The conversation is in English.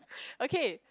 okay